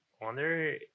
wonder